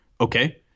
okay